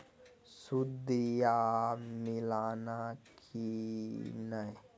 सुदिया मिलाना की नय?